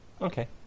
Okay